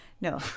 no